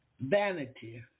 vanity